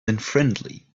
unfriendly